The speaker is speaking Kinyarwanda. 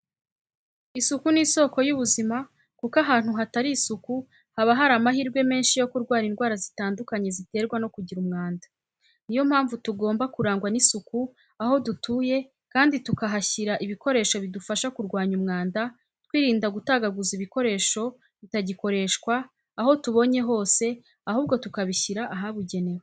Isuku ni isoko y'ubuzima kuko ahantu hatari isuku haba hari amahirwe menshi yo kurwara indwara zitandukanye ziterwa no kugira umwanda. Ni yo mpamvu tugomba kurangwa n'isuku aho dutuye kandi tukahashyira ibikoresho bidufasha kurwanya umwanda twirinda gutagaguza ibikoresho bitagikoreshwa aho tubonye hose ahubwo tukabishyira ahabugenewe.